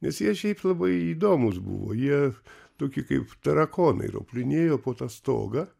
nes jie šiaip labai įdomūs buvo jie tokie kaip tarakonai roplinėjo po tą stogą